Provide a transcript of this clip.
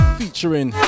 featuring